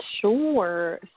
Sure